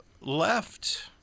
left